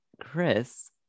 Chris